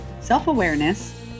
self-awareness